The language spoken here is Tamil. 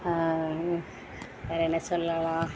வேறு என்ன சொல்லலாம்